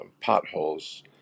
potholes